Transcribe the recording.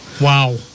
Wow